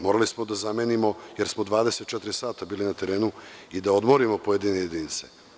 Morali smo da zamenimo, jer smo 24 sata bili na terenu i da odmorimo pojedince.